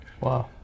Wow